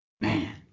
Man